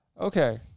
Okay